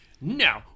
No